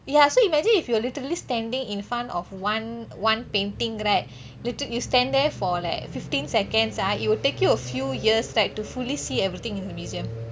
ya so you imagine if you are literally standing in front of one one painting right liter~ you stand there for like fifteen seconds ah it will take you a few years right to fully see everything in the museum